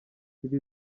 ibi